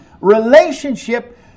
relationship